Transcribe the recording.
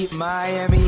Miami